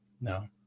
No